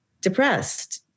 depressed